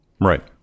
Right